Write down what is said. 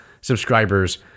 subscribers